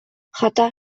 хата